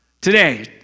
Today